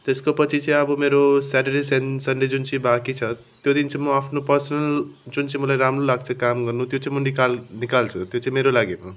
त्यसको पछि चाहिँ अब मेरो स्याटर्डे सन् सन्डे जुन चाहिँ बाँकी छ त्यो दिन चाहिँ म आफ्नो पर्सनल जुन चाहिँ मलाई राम्रो लाग्छ काम गर्नु त्यो चाहिँ म निकाल निकाल्छु त्यो चाहिँ मेरो लागि हो